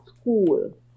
school